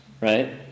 Right